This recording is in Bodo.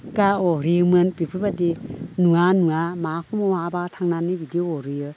गा अरहैयोमोन बिफोरबायदि नुवा नुवा मा समाव माहा माहा थांनानै बिदि अरहैयो